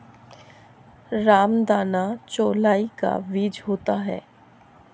रामदाना चौलाई का बीज होता है